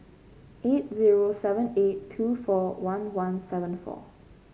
eight zero seven eight two four one one seven four